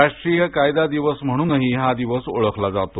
राष्ट्रीय कायदा दिवस म्हणूनही हा दिवस ओळखला जातो